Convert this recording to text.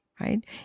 right